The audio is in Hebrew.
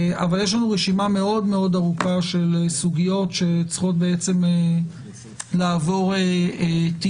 אבל יש לנו רשימה ארוכה מאוד של סוגיות שצריכות לעבור טיוב.